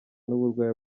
n’uburwayi